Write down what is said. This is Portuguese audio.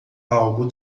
algo